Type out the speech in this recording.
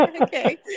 Okay